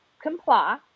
comply